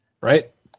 Right